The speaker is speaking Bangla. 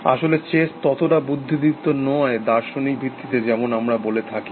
আসলে চেস ততটা বুদ্ধিদীপ্ত নয় দার্শনিক ভিত্তিতে যেমন আমরা বলে থাকি